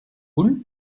boules